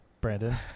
Brandon